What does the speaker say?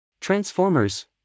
Transformers